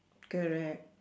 correct